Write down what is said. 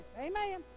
amen